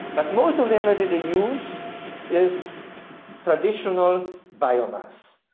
but most of the energy they use is traditional biomass.